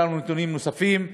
אין לנו נתונים נוספים.